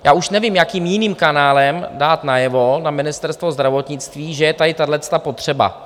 Já už nevím, jakým jiným kanálem dát najevo na Ministerstvo zdravotnictví, že je tady tahleta potřeba.